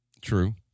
True